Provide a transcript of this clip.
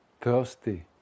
thirsty